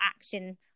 action